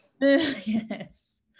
Yes